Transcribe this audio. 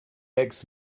eggs